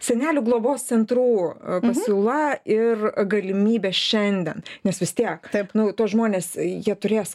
senelių globos centrų pasiūla ir galimybės šiandien nes vis tiek nu tuos žmones jie turės